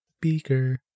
Beaker